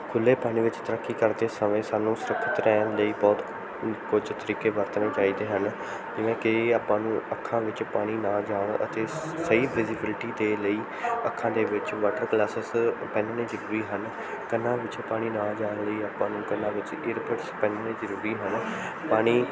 ਖੁੱਲ੍ਹੇ ਪਾਣੀ ਵਿੱਚ ਤੈਰਾਕੀ ਕਰਦੇ ਸਮੇਂ ਸਾਨੂੰ ਸੁਰੱਖਿਅਤ ਰਹਿਣ ਲਈ ਬਹੁਤ ਕੁਝ ਤਰੀਕੇ ਵਰਤਣੇ ਚਾਹੀਦੇ ਹਨ ਜਿਵੇਂ ਕਿ ਆਪਾਂ ਨੂੰ ਅੱਖਾਂ ਵਿੱਚ ਪਾਣੀ ਨਾ ਜਾਣ ਅਤੇ ਸਹੀ ਵਿਜ਼ੀਬਿਲਿਟੀ ਦੇ ਲਈ ਅੱਖਾਂ ਦੇ ਵਿੱਚ ਵੱਟਰ ਗਲਾਸਸ ਪਹਿਨਣੇ ਜ਼ਰੂਰੀ ਹਨ ਕੰਨਾਂ ਵਿੱਚ ਪਾਣੀ ਨਾ ਜਾਣ ਲਈ ਆਪਾਂ ਨੂੰ ਕੰਨਾਂ ਵਿੱਚ ਈਅਰ ਬਡਸ ਪਹਿਨਣੇ ਜ਼ਰੂਰੀ ਹਨ ਪਾਣੀ